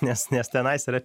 nes nes tenais yra